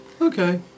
okay